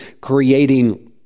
creating